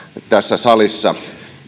tässä salissa esille